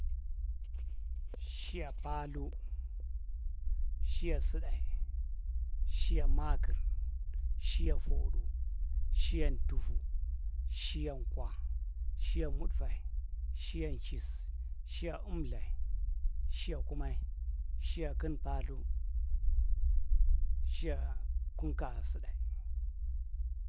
Shiya paalthu, shiya sutdae, shiya maakir, shiya footdu, shiyan’tufu, shiyan’kwa, shiya mudfae, shiyan chis, shiya emtthae chiya kummae shiya kin paalthu, shiya a kum’kaa suddae.